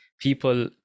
people